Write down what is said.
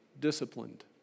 disciplined